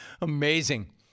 Amazing